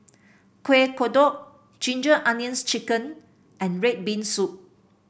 Kueh Kodok Ginger Onions chicken and red bean soup